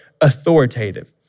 authoritative